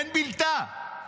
אין בלתה.